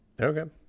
Okay